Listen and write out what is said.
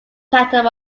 tatum